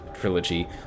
trilogy